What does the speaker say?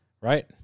Right